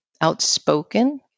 outspoken